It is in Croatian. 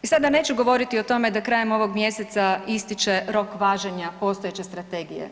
I sada neću govoriti o tome da krajem ovoga mjeseca ističe rok važenja postojeće strategije.